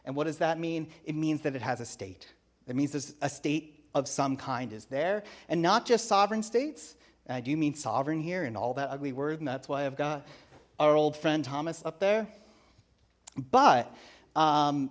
and what does that mean it means that it has a state it means there's a state of some kind is there and not just sovereign states i do you mean sovereign here and all that ugly word and that's why i've got our old friend thomas up there but